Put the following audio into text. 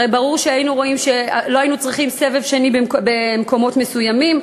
הרי ברור שלא היינו צריכים סבב שני במקומות מסוימים,